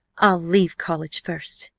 i'll leave college first!